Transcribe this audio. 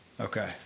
Okay